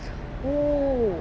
oh